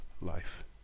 life